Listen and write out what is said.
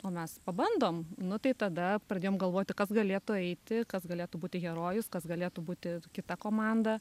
o mes pabandom nu tai tada pradėjom galvoti kas galėtų eiti kas galėtų būti herojus kas galėtų būti kita komanda